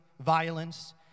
violence